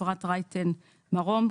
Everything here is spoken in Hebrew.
אפרת רייטן-מרום,